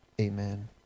amen